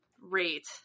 rate